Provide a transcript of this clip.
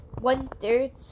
One-third